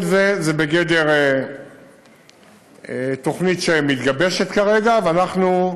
כל זה בגדר תוכנית שמתגבשת כרגע, ואנחנו,